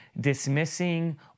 dismissing